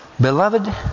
Beloved